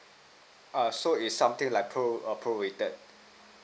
uh so it's something like pro a prorated